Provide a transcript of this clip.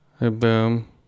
Boom